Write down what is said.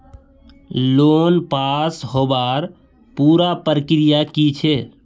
Loan pass होबार पुरा प्रक्रिया की छे?